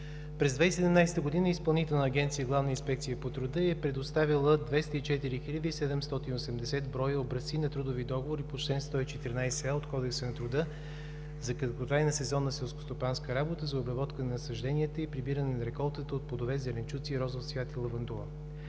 През 2017 г. Изпълнителна агенция „Главна инспекция по труда“ е предоставила 204 хил. 780 броя образци на трудови договори по чл. 114а от Кодекса на труда за краткотрайна сезонна селскостопанска работа за обработка на насажденията и прибиране на реколтата от плодове, зеленчуци, розов цвят и лавандула.